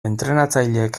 entrenatzaileek